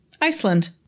Iceland